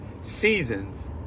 seasons